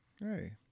Hey